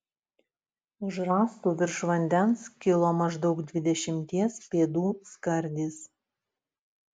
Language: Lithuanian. už rąstų virš vandens kilo maždaug dvidešimties pėdų skardis